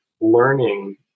learning